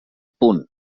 punt